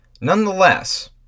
Nonetheless